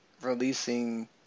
releasing